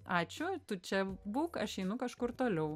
ačiū tu čia būk aš einu kažkur toliau